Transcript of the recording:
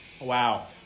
Wow